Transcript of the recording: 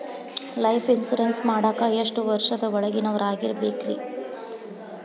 Life insurance ಮಾಡಾಕ ಎಷ್ಟು ವರ್ಷದ ಒಳಗಿನವರಾಗಿರಬೇಕ್ರಿ?